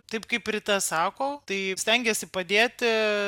taip kaip rita sako tai stengiasi padėti